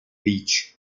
leach